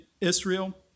Israel